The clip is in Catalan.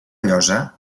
llosa